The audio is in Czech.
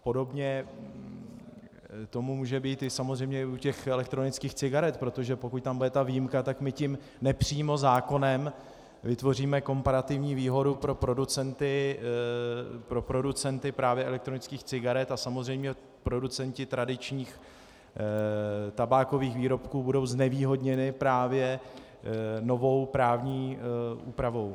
Podobně tomu může samozřejmě být i u těch elektronických cigaret, protože pokud tam bude ta výjimka, tak my tím nepřímo zákonem vytvoříme komparativní výhodu pro producenty právě elektronických cigaret a samozřejmě producenti tradičních tabákových výrobků budou znevýhodněni právě novou právní úpravou.